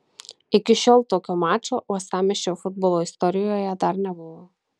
iki šiol tokio mačo uostamiesčio futbolo istorijoje dar nebuvo